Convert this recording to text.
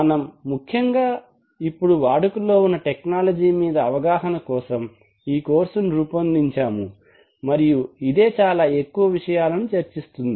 మనం ముఖ్యంగా ఇప్పుడు వాడుకలో ఉన్నా టెక్నాలజీ మీద అవగాహన కోసం ఈ కోర్సును రూపొందించాము మరియు ఇదే చాలా ఎక్కువ విషయాలను చర్చిస్తుంది